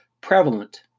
prevalent